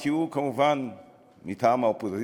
כי הוא כמובן מטעם האופוזיציה.